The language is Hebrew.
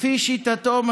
לפי שיטתו,